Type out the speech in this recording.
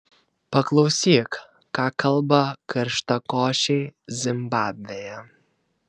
paklausyk ką kalba karštakošiai zimbabvėje